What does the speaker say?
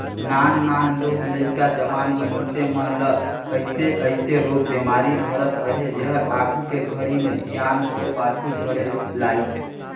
नान नान लोग लइका, जवान मइनसे मन ल अइसे अइसे रोग बेमारी धरत अहे जेहर आघू के घरी मे सियान होये पाछू धरे लाइस